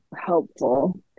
helpful